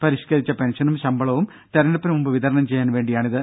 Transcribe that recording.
പരിഷ്കരിച്ച പെൻഷനും ശമ്പളവും തിരഞ്ഞെടുപ്പിന് മുമ്പ് വിതരണം ചെയ്യാൻ വേണ്ടിയാണിത്